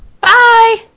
Bye